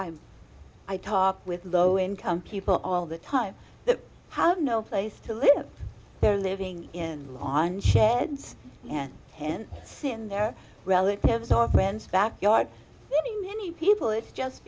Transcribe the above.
i'm i talk with low income people all the time that have no place to live their living in on chads and in sin their relatives or friends backyard many people it's just